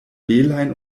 belajn